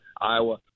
iowa